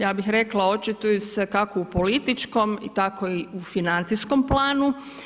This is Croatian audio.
Ja bih rekla, očituju se kako u političkom, tako i u financijskom planu.